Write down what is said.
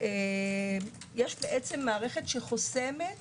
יש מערכת שחוסמת